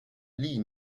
lee